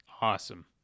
awesome